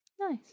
Nice